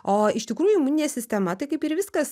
o iš tikrųjų imuninė sistema tai kaip ir viskas